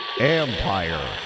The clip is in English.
Empire